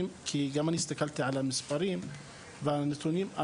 גם הסתכלתי על הנתונים והמספרים,